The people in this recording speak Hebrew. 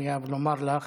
מחויב לומר לך